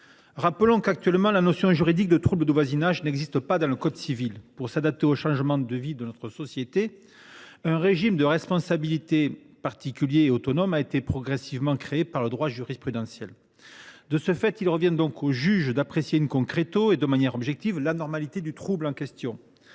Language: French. Rappelons qu’actuellement la notion juridique de « trouble de voisinage » n’existe pas dans le code civil. Pour s’adapter aux changements de vie de notre société, un régime de responsabilité particulier et autonome a été progressivement créé par le droit jurisprudentiel. De ce fait, il revient au juge d’apprécier et de manière objective l’anormalité du trouble en question.